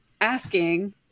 asking